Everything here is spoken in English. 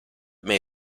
may